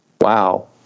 Wow